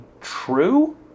true